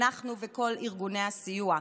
אנחנו וכל ארגוני הסיוע.